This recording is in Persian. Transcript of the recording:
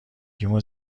گیمو